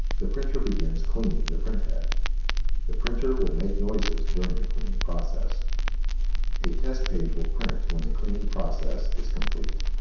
the printer begins cleaning the printhead the printer will make noises during the cleaning process a test page will print when the cleaning process is complete